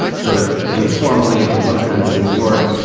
sort of informally in four of our friends in new york.